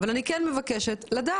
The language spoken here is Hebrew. אבל אני כן מבקשת לדעת,